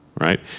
right